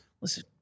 Listen